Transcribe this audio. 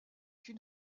une